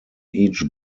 each